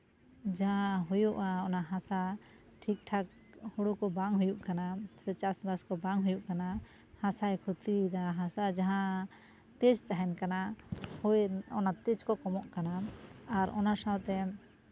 ᱡᱟᱦᱟᱸ ᱦᱩᱭᱩᱜᱼᱟ ᱚᱱᱟ ᱦᱟᱥᱟ ᱴᱷᱤᱠ ᱴᱷᱟᱠ ᱦᱩᱲᱩ ᱠᱚ ᱵᱟᱝ ᱦᱩᱭᱩᱜ ᱠᱟᱱᱟ ᱥᱮ ᱪᱟᱥᱼᱵᱟᱥ ᱠᱚ ᱵᱟᱝ ᱦᱩᱭᱩᱜ ᱠᱟᱱᱟ ᱦᱟᱥᱟᱭ ᱠᱷᱚᱛᱤᱭᱮᱫᱟ ᱡᱟᱟᱦᱸ ᱦᱟᱥᱟ ᱡᱟᱦᱟᱸ ᱛᱮᱡᱽ ᱛᱟᱦᱮᱱ ᱠᱟᱱᱟ ᱦᱳᱭ ᱚᱱᱟ ᱛᱮᱡᱽ ᱠᱚ ᱮᱢᱚᱜ ᱠᱟᱱᱟ ᱟᱨ ᱚᱱᱟ ᱥᱟᱶᱛᱮ